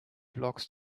blocks